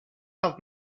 have